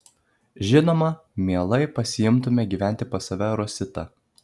žinoma mielai pasiimtume gyventi pas save rositą